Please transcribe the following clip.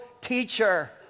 teacher